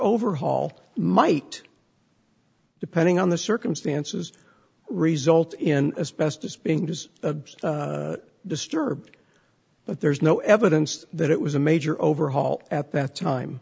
overhaul might depending on the circumstances result in as best as being just a disturbed but there's no evidence that it was a major overhaul at that time